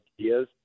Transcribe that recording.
ideas